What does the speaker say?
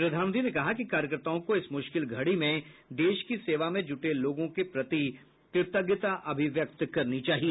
प्रधानमंत्री ने कहा कि कार्यकर्ताओं को इस मुश्किल घड़ी में देश की सेवा में जुटे लोगों के प्रति कृतज्ञता अभिव्यक्त करनी चाहिए